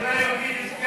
מדינה יהודית.